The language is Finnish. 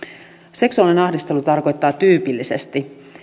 seksuaalinen ahdistelu tarkoittaa tyypillisesti